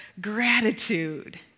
gratitude